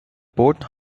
port